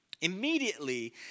Immediately